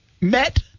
met